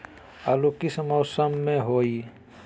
आलू किस मौसम में होई?